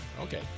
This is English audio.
Okay